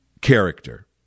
character